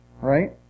right